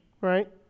right